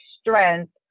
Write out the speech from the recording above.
strength